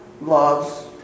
loves